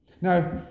Now